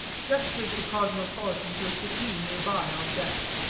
gestured the cosmopolitan to a settee near by, on deck.